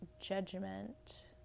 Judgment